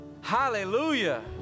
hallelujah